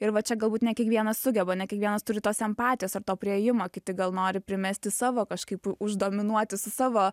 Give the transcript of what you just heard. ir va čia galbūt ne kiekvienas sugeba ne kiekvienas turi tos empatijos ar to priėjimo kiti gal nori primesti savo kažkaip už dominuoti su savo